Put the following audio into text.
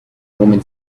woman